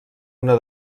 una